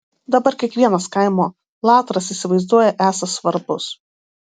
dabar kiekvienas kaimo latras įsivaizduoja esąs svarbus